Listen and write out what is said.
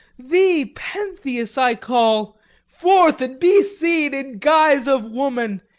thee, pentheus, i call forth and be seen, in guise of woman,